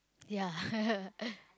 ya